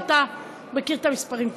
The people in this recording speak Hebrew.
אתה מכיר את המספרים טוב.